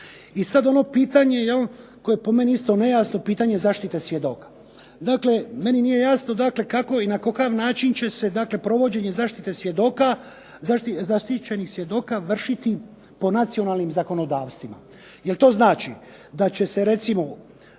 I sad ono pitanje jel' koje je po meni isto nejasno, pitanje zaštite svjedoka. Dakle, meni nije jasno kako i na kakav način provođenje zaštićenih svjedoka vršiti po nacionalnim zakonodavstvima? Jer to znači da će se recimo